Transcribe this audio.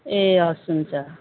ए हवस् हुन्छ